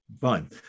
fine